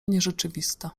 nierzeczywista